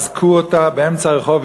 אזקו אותה באמצע הרחוב,